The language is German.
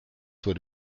vor